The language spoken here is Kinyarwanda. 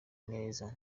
neza